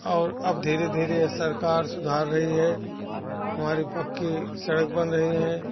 और अब धीरे धीरे ये सरकार सुधार रही है हमारी पक्की सड़क बन रही है